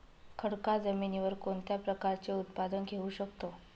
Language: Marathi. खडकाळ जमिनीवर कोणत्या प्रकारचे उत्पादन घेऊ शकतो?